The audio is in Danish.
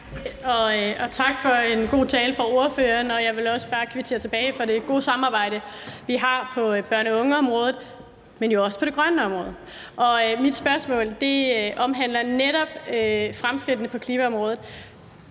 og tak for en god tale fra ordføreren. Jeg vil også bare kvittere tilbage for det gode samarbejde, vi har på børne- og ungeområdet, men jo også på det grønne område, og mit spørgsmål omhandler netop fremskridtene på klimaområdet.